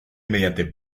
mediante